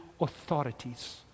authorities